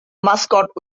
mascot